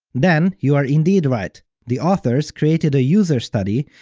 then you are indeed right, the authors created a user study,